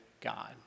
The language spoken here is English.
God